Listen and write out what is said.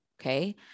okay